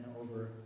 over